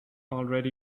already